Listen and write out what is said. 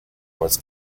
was